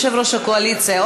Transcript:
יושב-ראש הקואליציה,